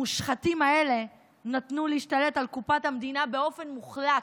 המושחתים האלה נתנו להשתלט על קופת המדינה באופן מוחלט,